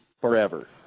forever